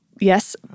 Yes